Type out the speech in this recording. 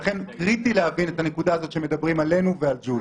לכן קריטי להבין את הנקודה הזאת כשמדברים עלינו ועל ג'ול.